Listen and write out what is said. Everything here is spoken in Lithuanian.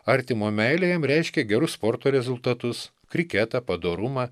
artimo meilė jam reiškė gerus sporto rezultatus kriketą padorumą